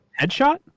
Headshot